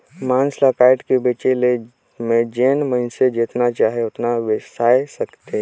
मांस ल कायट के बेचे में जेन मइनसे जेतना चाही ओतना बेसाय सकथे